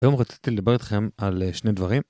היום רציתי לדבר איתכם על שני דברים.